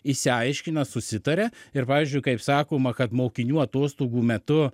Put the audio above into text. išsiaiškina susitaria ir pavyzdžiui kaip sakoma kad mokinių atostogų metu